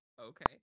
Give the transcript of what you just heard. Okay